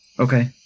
Okay